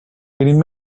getting